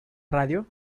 radio